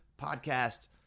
podcasts